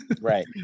right